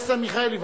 מיכאלי.